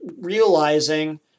realizing